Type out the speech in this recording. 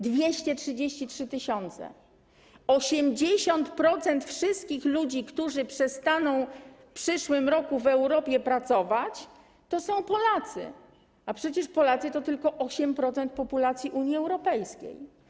233 tys., tj. 80% wszystkich ludzi, którzy przestaną w przyszłym roku w Europie pracować, to są Polacy, a przecież Polacy to tylko 8% populacji Unii Europejskiej.